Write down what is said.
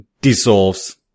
dissolves